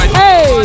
hey